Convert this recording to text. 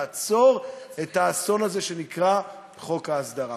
לעצור את האסון הזה שנקרא חוק ההסדרה.